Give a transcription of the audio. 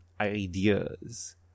ideas